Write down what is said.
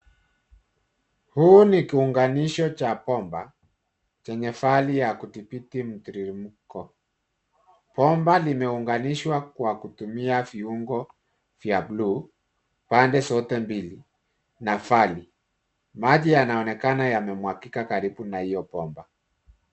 Huu ni kiunganisho cha bomba chenye vali ya kudhibiti mteremko. Bomba limeunganishwa kwa kutumia viungo vya buluu pande zote mbili na vali. Maji yanaonekana yamemwagika karibu na hiyo bomba.